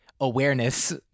awareness